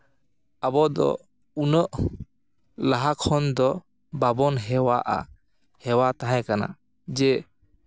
ᱟᱵᱚ ᱫᱚ ᱩᱱᱟᱹᱜ ᱞᱟᱦᱟ ᱠᱷᱚᱱ ᱫᱚ ᱵᱟᱵᱚᱱ ᱦᱮᱣᱟᱜᱼᱟ ᱦᱮᱣᱟ ᱛᱟᱦᱮᱸ ᱠᱟᱱᱟ ᱡᱮ